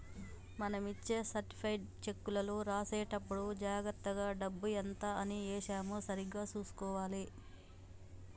మనం ఇచ్చే సర్టిఫైడ్ చెక్కులో రాసేటప్పుడే జాగర్తగా డబ్బు ఎంత అని ఏశామో సరిగ్గా చుసుకోవాలే